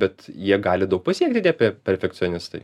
bet jie gali daug pasiekti tie per perfekcionistai